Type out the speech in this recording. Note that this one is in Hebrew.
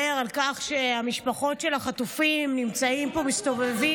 מדבר על כך שהמשפחות של החטופים נמצאות פה ומסתובבות.